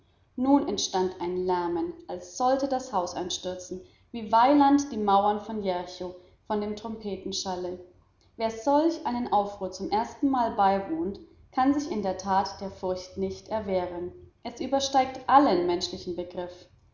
nun entstand ein lärmen als sollte das haus einstürzen wie weiland die mauern von jericho vor dem trompetenschalle wer solch einem aufruhr zum ersten mal beiwohnt kann sich in der tat der furcht nicht erwehren es übersteigt allen menschlichen begriff